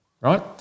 right